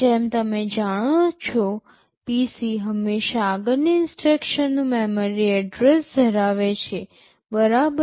જેમ તમે જાણો છો PC હંમેશાં આગળની ઇન્સટ્રક્શનનું મેમરી એડ્રેસ ધરાવે છે બરાબર